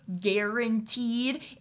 guaranteed